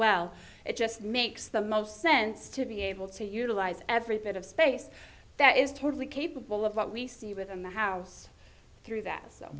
well it just makes the most sense to be able to utilize every bit of space that is totally capable of what we see within the house through that so